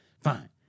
Fine